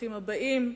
ברוכים הבאים.